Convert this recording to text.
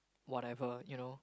whatever you know